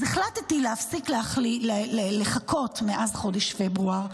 אז החלטתי להפסיק לחכות מאז חודש פברואר.